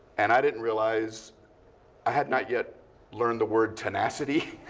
and i didn't realize i had not yet learned the word tenacity.